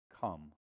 Come